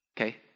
Okay